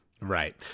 Right